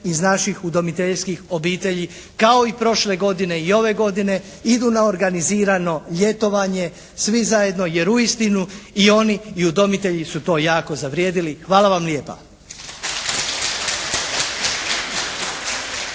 iz naših udomiteljskih obitelji kao i prošle godine i ove godine idu na organizirano ljetovanje svi zajedno, jer uistinu i oni i udomitelji su to jako zavrijedili. Hvala vam lijepa.